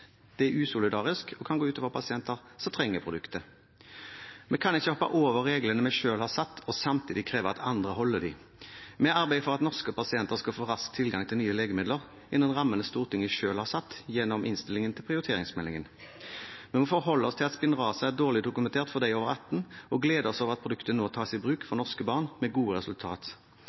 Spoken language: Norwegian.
Det er usolidarisk og kan gå ut over pasienter som trenger produktet. Vi kan ikke hoppe over reglene vi selv har satt, og samtidig kreve at andre holder dem. Vi arbeider for at norske pasienter skal få rask tilgang til nye legemidler innenfor rammene Stortinget selv har satt gjennom innstillingen til prioriteringsmeldingen. Vi må forholde oss til at Spinraza er dårlig dokumentert for dem over 18 år, og glede oss over at produktet nå tas i bruk for norske barn med gode